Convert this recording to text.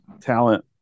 talent